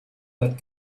that